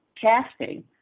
casting